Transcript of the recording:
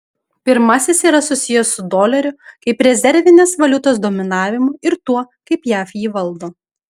pirmasis yra susijęs su dolerio kaip rezervinės valiutos dominavimu ir tuo kaip jav jį valdo